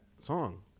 song